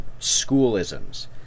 schoolisms